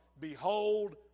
behold